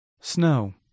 snow